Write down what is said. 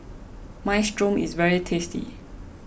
Minestrone is very tasty